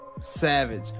Savage